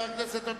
רבותי חברי הכנסת,